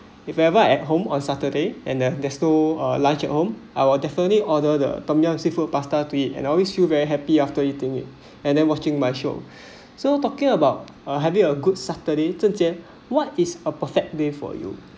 if I ever at home on saturday and then there's two uh lunch at home our definitely order the tom yum seafood pasta to eat and always feel very happy after eating it and then watching my show so talking about uh having a good saturday zeng jie what is a perfect day for you